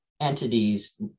entities